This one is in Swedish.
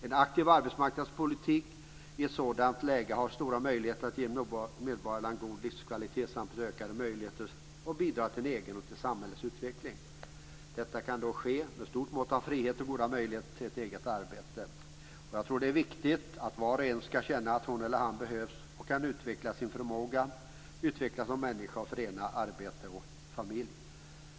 En aktiv arbetsmarknadspolitik i ett sådant läge har stora möjligheter att ge medborgarna en god livskvalitet samt ökade möjligheter att bidra till sin egen och samhällets utveckling. Detta kan då ske med stort mått av frihet och goda möjligheter till ett eget arbete. Jag tror att det är viktigt att var och en kan känna att hon eller han behövs och kan utveckla sin förmåga, utvecklas som människa och förena arbete och familj.